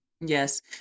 Yes